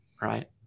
right